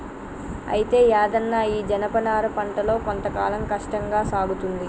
అయితే యాదన్న ఈ జనపనార పంటలో కొంత కాలం కష్టంగా సాగుతుంది